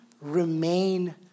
remain